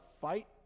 fight